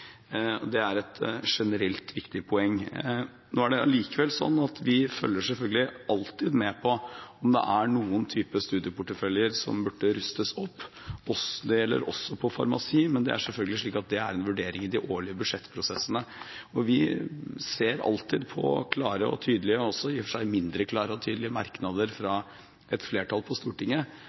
ha. Det er et generelt, viktig poeng. Nå er det allikevel slik at vi følger selvfølgelig alltid med på om det er noen typer studieporteføljer som burde rustes opp, det gjelder også for farmasi, men det er selvfølgelig en vurdering i de årlige budsjettprosessene. Vi ser alltid på klare og tydelige – og i og for seg også mindre klare og tydelige – merknader fra et flertall på Stortinget,